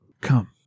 come